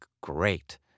great